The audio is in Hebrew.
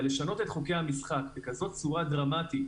אבל לשנות את חוקי המשחק בצורה כזאת דרמטית